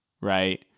right